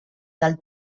del